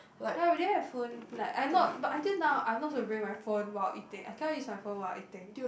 ya we didn't have phone like I now but until now I'm not supposed to bring my phone while eating I cannot use my phone while eating